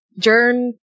Jern